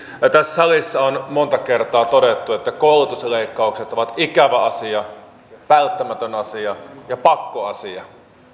tässä salissa on monta kertaa todettu että koulutusleikkaukset ovat ikävä asia välttämätön asia ja pakkoasia